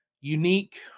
unique